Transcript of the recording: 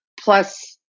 Plus